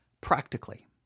practically